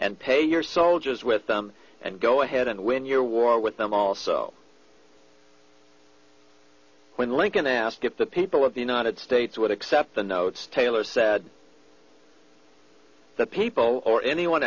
and pay your soldiers with them and go ahead and win your war with them also when lincoln asked if the people of the united states would accept the notes taylor said the people or anyone